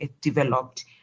developed